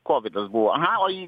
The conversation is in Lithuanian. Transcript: kovidas buvo aha o į